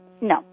no